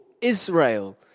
Israel